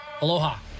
Aloha